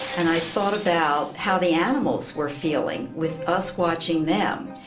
and i thought about how the animals were feeling with us watching them.